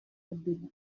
kabila